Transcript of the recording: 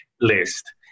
list